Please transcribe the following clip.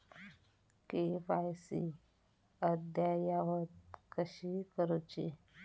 KYC अद्ययावत कशी करुची?